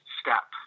step